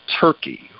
Turkey